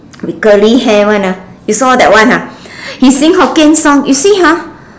with curly hair [one] ah you saw that one ha he sing Hokkien song you see ha